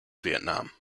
vietnam